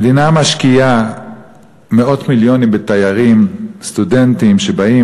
המדינה משקיעה מאות מיליונים בתיירים סטודנטים שבאים